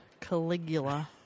Caligula